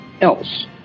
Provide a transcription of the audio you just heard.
else